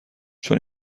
چون